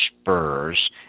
spurs